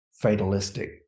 fatalistic